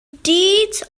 deeds